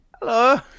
Hello